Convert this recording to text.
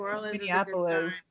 Minneapolis